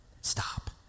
stop